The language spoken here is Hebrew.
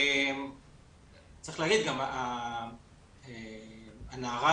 צריך להגיד, הנערה